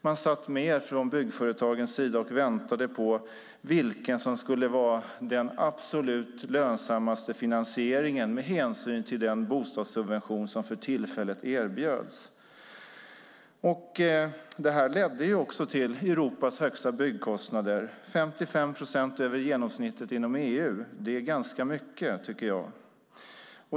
Man satt från byggföretagens sida och väntade på vilken finansiering som skulle vara den absolut lönsammaste med hänsyn till den bostadssubvention som för tillfället erbjöds. Detta ledde också till Europas högsta byggkostnader - 55 procent över genomsnittet inom EU. Det är ganska mycket, tycker jag.